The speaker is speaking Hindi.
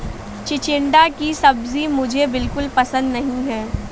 चिचिण्डा की सब्जी मुझे बिल्कुल पसंद नहीं है